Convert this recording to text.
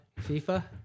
FIFA